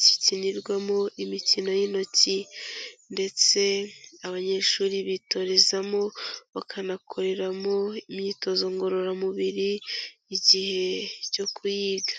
gikinirwamo imikino y'intoki, ndetse abanyeshuri bitorezamo, bakanakoreramo imyitozo ngororamubiri, igihe cyo kuyiga.